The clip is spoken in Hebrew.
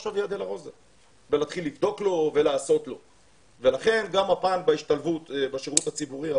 לכן גם הפעם בהשתלבות בשירות הציבורי,